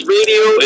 Radio